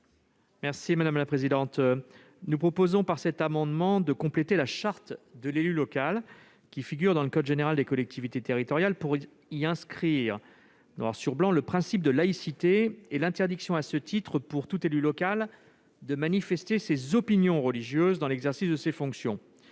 M. Didier Marie. Nous proposons, par cet amendement, de compléter la charte de l'élu local qui figure dans le code général des collectivités territoriales, pour y inscrire noir sur blanc le principe de laïcité et l'interdiction pour tout élu local, à ce titre, de manifester ses opinions religieuses dans l'exercice de ses fonctions.